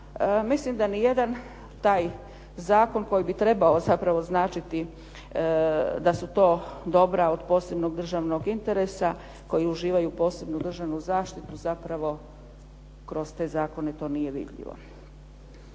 Mislim da ni jedan taj zakon koji bi trebao zapravo značiti da su to dobra od posebnog državnog interesa koji uživaju posebnu državnu zaštitu zapravo kroz te zakone to nije vidljivo.